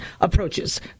approaches